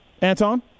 Anton